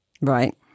right